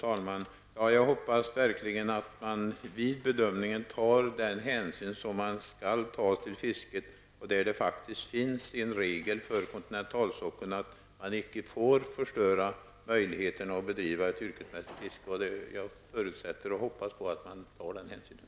talman! Jag hoppas verkligen att man vid bedömningen tar den hänsyn som man skall ta till fisket. Det finns faktiskt en regel om att man inte får förstöra möjligheterna att bedriva ett yrkesmässigt fiske på kontinental sockel. Jag hoppas att man tar den hänsynen.